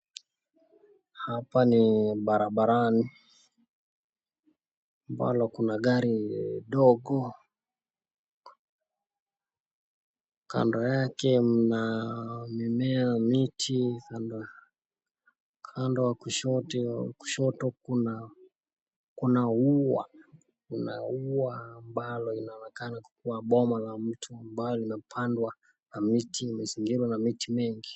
Hapa ni barabara. Kuna gari ndogo. Kando yake kuna mimea miti. Kando wa kushoto kuna ua kuna ua ambalo linaonekana kukuwa boma la mtu ambalo limepandwa na miti imezingirwa na miti mengi.